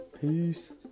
peace